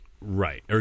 Right